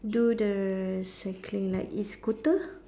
do the cycling like E-scooter